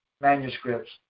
manuscripts